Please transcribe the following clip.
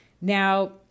Now